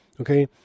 okay